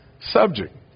subject